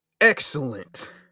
Excellent